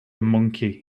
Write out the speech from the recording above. monkey